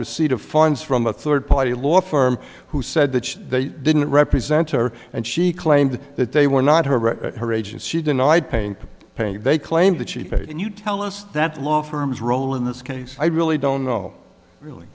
receipt of funds from a third party law firm who said that they didn't represent her and she claimed that they were not her her agent she denied pain pain they claimed that she paid and you tell us that law firms role in this case i really don't know really